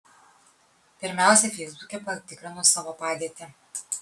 pirmiausia feisbuke patikrinu savo padėtį